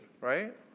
Right